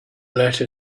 letter